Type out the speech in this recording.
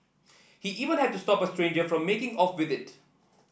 he even had to stop a stranger from making off with it